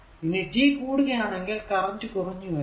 ഇനി t കൂടുകയാണെങ്കിൽ current കുറഞ്ഞു വരുന്നു